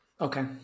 Okay